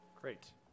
Great